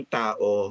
tao